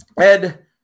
Ed